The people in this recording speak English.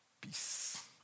peace